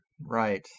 right